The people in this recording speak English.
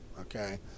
okay